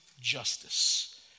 justice